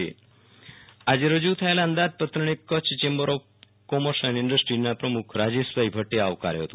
વીરલ રાણા અંદાજપત્ર પ્રતિભાવ આજે રજૂ થયેલા અંદાજપત્રને Kutch chamber of commerce and ઈન્ડસ્ટ્રીઝના પ્રમુખ રાજેશભાઈ ભટ્ટે આવકાર્યો હતો